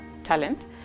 talent